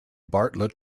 bartlett